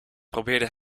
probeerde